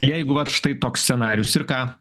jeigu vat štai toks scenarijus ir ką